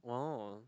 oh